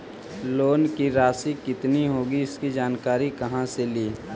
Loan की रासि कितनी होगी इसकी जानकारी कहा से ली?